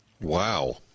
Wow